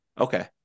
Okay